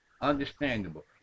understandable